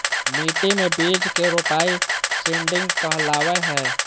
मिट्टी मे बीज के रोपाई सीडिंग कहलावय हय